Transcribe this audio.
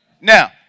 Now